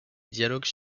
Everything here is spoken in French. dialogues